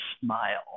smile